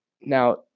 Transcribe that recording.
now